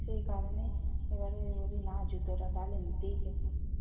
সেই কারণে এবারে যদি না জুতোটা তাহলে নিতেই যখন